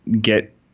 get